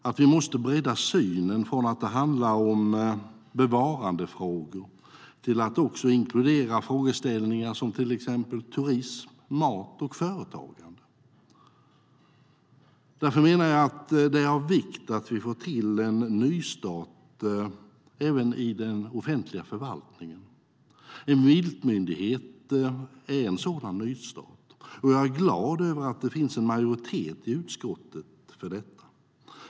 Vi måste bredda synen från att det handlar om bevarandefrågor till att också inkludera frågor om till exempel turism, mat och företagande. Därför menar jag att det är av vikt att vi får till en nystart även i den offentliga förvaltningen. En viltmyndighet är en sådan nystart. Jag är glad över att det finns en majoritet i utskottet för detta.